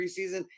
preseason